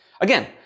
Again